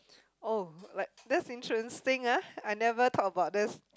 oh like that's interesting ah I never thought about this